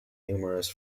numerous